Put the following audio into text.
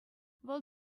вӑл